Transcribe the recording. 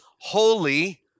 holy